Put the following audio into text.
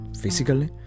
physically